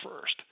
first